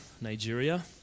Nigeria